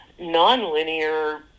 nonlinear